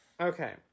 Okay